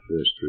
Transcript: first